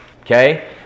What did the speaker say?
Okay